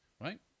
right